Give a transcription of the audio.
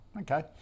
Okay